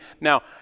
Now